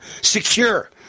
Secure